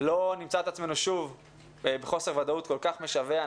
לא נמצא את עצמנו שוב בחוסר ודאות כל כך משווע.